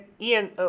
Ian